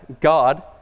God